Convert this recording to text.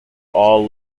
all